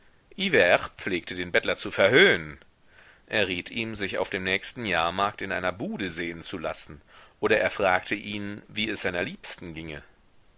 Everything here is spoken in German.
pflegte den bettler zu verhöhnen er riet ihm sich auf dem nächsten jahrmarkt in einer bude sehen zu lassen oder er fragte ihn wie es seiner liebsten ginge